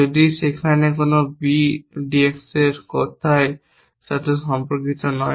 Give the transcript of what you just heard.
যদি সেখানে কোন B DY এর সাথে সম্পর্কিত নয়